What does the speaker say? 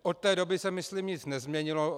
Od té doby se myslím nic nezměnilo.